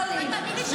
לא לי.